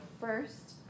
first